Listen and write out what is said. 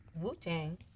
Wu-Tang